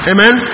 Amen